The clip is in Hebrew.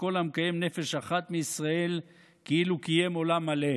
וכל המקיים נפש אחת מישראל כאילו קיים עולם מלא.